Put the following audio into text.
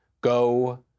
go